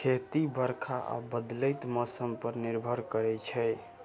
खेती बरखा आ बदलैत मौसम पर निर्भर करै छै